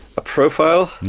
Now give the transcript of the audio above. a profile